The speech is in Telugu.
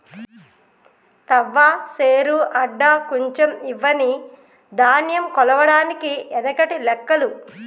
తవ్వ, శేరు, అడ్డ, కుంచం ఇవ్వని ధాన్యం కొలవడానికి ఎనకటి లెక్కలు